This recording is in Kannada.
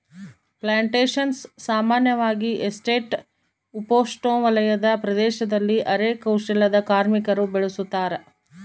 ಪ್ಲಾಂಟೇಶನ್ಸ ಸಾಮಾನ್ಯವಾಗಿ ಎಸ್ಟೇಟ್ ಉಪೋಷ್ಣವಲಯದ ಪ್ರದೇಶದಲ್ಲಿ ಅರೆ ಕೌಶಲ್ಯದ ಕಾರ್ಮಿಕರು ಬೆಳುಸತಾರ